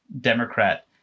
Democrat